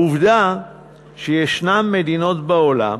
העובדה שישנן מדינות בעולם,